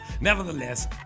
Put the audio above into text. Nevertheless